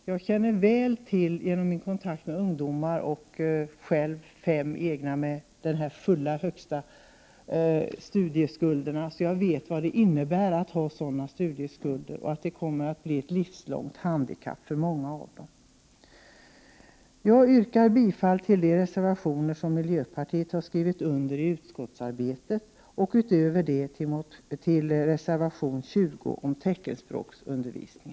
Genom mina kontakter med ungdomar och på grund av att jag har fem egna barn med stora studieskulder vet jag vad det innebär att ha sådana skulder. Det kommer att bli ett livslångt ”handikapp” för många. Jag yrkar bifall till de reservationer som miljöpartiet står bakom och även, som sagt, bifall till reservation 20 om teckenspråksundervisning.